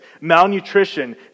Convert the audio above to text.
malnutrition